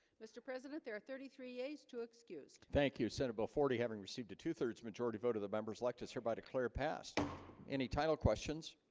mr. president there are thirty three days to excused thank you senator bell forty having received a two-thirds majority vote of the members elect is hereby declare pass any title questions.